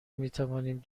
میتوانیم